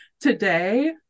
today